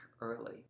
early